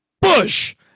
Bush